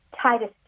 Titus